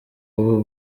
ubu